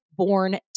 Born